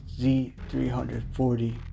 Z340